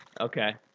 Okay